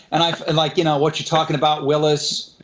and and, like, you know, what you talkin' about, willis?